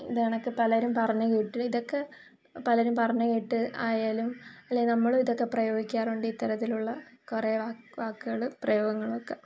ഇതുകണക്ക് പലരും പറഞ്ഞ് കേട്ട് ഇതൊക്കെ പലരും പറഞ്ഞ് കേട്ട് ആയാലും അല്ലെ നമ്മളും ഇതൊക്കെ പ്രയോഗിക്കാറുണ്ട് ഇത്തരത്തിലുള്ള കുറേ വാക്ക് വാക്കുകൾ പ്രയോഗങ്ങളൊക്കെ